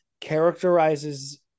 characterizes